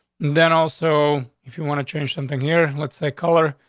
then also, if you want to change something here, let's say color.